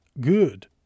Good